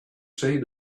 seen